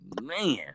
Man